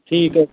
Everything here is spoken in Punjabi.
ਠੀਕ ਹੈ